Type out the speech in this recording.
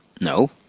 No